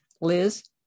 Liz